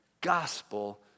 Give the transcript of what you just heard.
gospel